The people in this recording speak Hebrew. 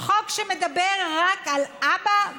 קהילה שלמה,